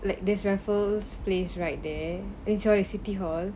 like this raffles place right there enjoy city hall